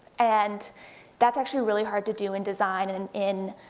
and that's actually really hard to do in design, and and in